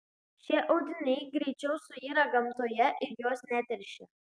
šie audiniai greičiau suyra gamtoje ir jos neteršia